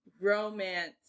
romance